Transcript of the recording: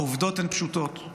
העובדות הן פשוטות: